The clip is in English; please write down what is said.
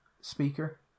speaker